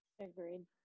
Agreed